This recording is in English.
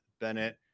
Bennett